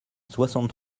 soixante